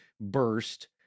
burst